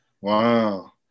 Wow